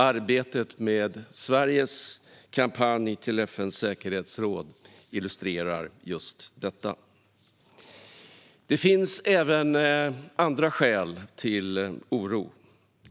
Arbetet med Sveriges kampanj till FN:s säkerhetsråd illustrerar just detta. Det finns även andra skäl till oro.